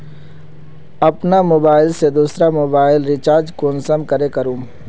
अपना मोबाईल से दुसरा मोबाईल रिचार्ज कुंसम करे करूम?